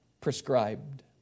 prescribed